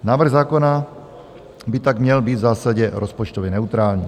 Návrh zákona by tak měl být v zásadě rozpočtově neutrální.